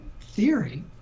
theory